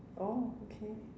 oh okay